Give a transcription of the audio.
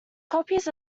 copies